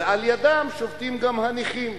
ולידם שובתים גם הנכים,